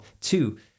Two